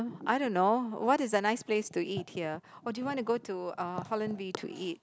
I don't know what is a nice place to eat here or do you want to go to uh Holland-V to eat